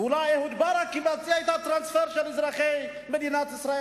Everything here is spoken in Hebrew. ואולי אהוד ברק יבצע את הטרנספר של אזרחי מדינת ישראל.